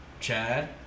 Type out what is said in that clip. Chad